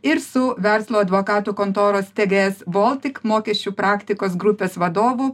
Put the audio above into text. ir su verslo advokatų kontoros tegėjes boltik mokesčių praktikos grupės vadovu